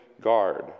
guard